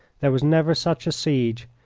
there was never such a siege,